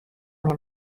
مهم